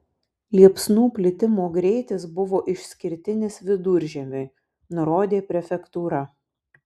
liepsnų plitimo greitis buvo išskirtinis viduržiemiui nurodė prefektūra